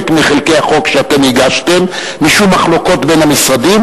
מחלקי החוק שאתם הגשתם משום מחלוקות בין המשרדים,